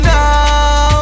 now